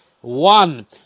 one